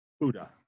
Buddha